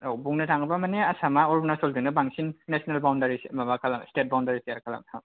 औ बुंनो थाङोबा माने आसामा अरुनाचलजोंनो बांसिन नेसनेल बाउण्डारि माबा स्टेट बाउण्डारि सेयार खालामो